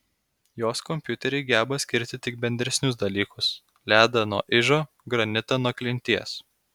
jos kompiuteriai geba skirti tik bendresnius dalykus ledą nuo ižo granitą nuo klinties